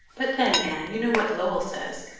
but then, anne, you know what lowell says,